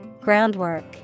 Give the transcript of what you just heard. groundwork